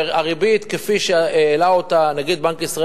והריבית כפי שהעלה אותה נגיד בנק ישראל